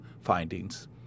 findings